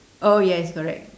oh yes correct